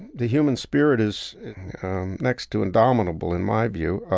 the human spirit is next to indomitable, in my view.